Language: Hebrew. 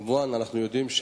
אנחנו יודעים,